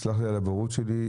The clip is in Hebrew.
סלח לי על הבורות שלי.